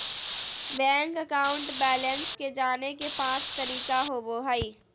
bank account balance के जाने के पांच तरीका होबो हइ